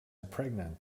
pregnant